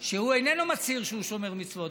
שאיננו מצהיר שהוא שומר מצוות,